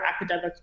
academic